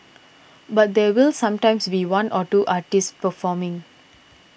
but there will sometimes be one or two artists performing